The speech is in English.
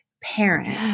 parent